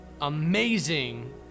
amazing